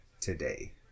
today